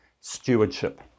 stewardship